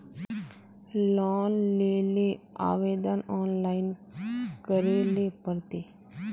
Loan लेले आवेदन online करे ले पड़ते?